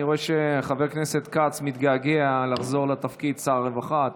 אני רואה שחבר הכנסת כץ מתגעגע לחזור לתפקיד שר הרווחה.